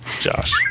Josh